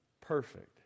perfect